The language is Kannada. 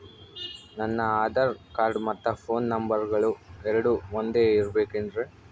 ನನ್ನ ಆಧಾರ್ ಕಾರ್ಡ್ ಮತ್ತ ಪೋನ್ ನಂಬರಗಳು ಎರಡು ಒಂದೆ ಇರಬೇಕಿನ್ರಿ?